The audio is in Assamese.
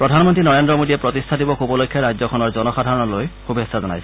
প্ৰধানমন্ত্ৰী নৰেন্দ্ৰ মোদীয়ে প্ৰতিষ্ঠা দিৱস উপলক্ষে ৰাজ্যখনৰ জনসাধাৰণলৈ শুভেচ্ছা জনায়